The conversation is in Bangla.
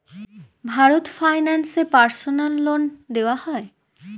ভারত ফাইন্যান্স এ পার্সোনাল লোন দেওয়া হয়?